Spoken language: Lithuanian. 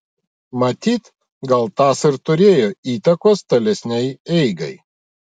matyt gal tas ir turėjo įtakos tolesnei eigai